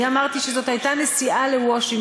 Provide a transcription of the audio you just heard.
אני אמרתי שזאת הייתה נסיעה לוושינגטון.